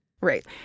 Right